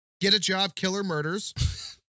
get-a-job-killer-murders